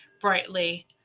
brightly